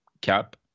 Cap